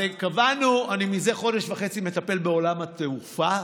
אני זה חודש וחצי מטפל בעולם התעופה.